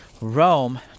Rome